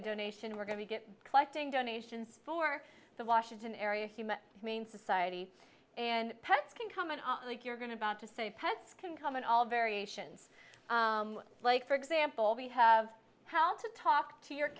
a donation we're going to get collecting donations for the washington area i mean society and pets can come and not like you're going to bow to say pets can come in all variations like for example we have how to talk to your